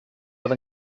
oedd